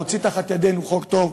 להוציא מתחת ידינו חוק טוב,